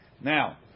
Now